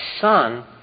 son